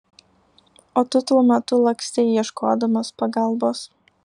o tu tuo metu lakstei ieškodamas pagalbos